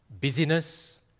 Busyness